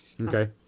Okay